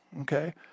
okay